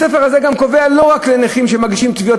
הספר הזה גם קובע לא רק לנכים שמגישים תביעות